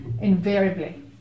Invariably